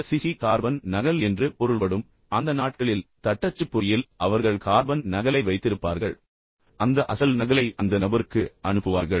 இந்த சிசி உண்மையில் கார்பன் நகல் என்று பொருள்படும் அந்த நாட்களில் தட்டச்சுப்பொறியில் அவர்கள் கார்பன் நகலை வைத்திருப்பார்கள் மற்றும் அந்த அசல் நகலை அந்த நபருக்கு அனுப்புவார்கள்